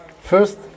first